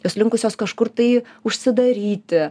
jos linkusios kažkur tai užsidaryti